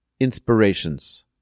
inspirations